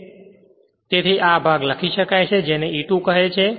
તેથી આ ભાગ લખી શકાય છે જેને E2 કહે છે